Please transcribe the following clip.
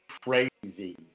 crazy